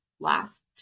last